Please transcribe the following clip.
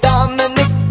Dominic